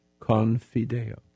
confideo